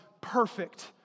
perfect